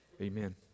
Amen